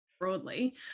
broadly